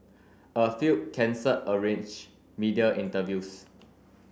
a few cancelled arranged media interviews